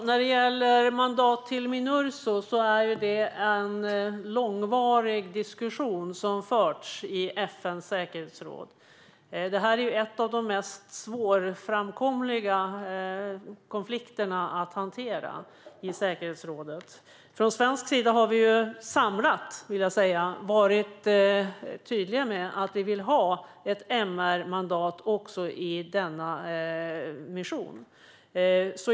Fru talman! Det har förts en långvarig diskussion i FN:s säkerhetsråd om mandat till Minurso. Detta är en av de mest svårframkomliga konflikterna att hantera i säkerhetsrådet. Från svensk sida har vi samlat varit tydliga med att vi vill ha ett MR-mandat också i denna mission.